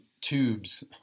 tubes